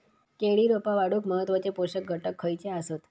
केळी रोपा वाढूक महत्वाचे पोषक घटक खयचे आसत?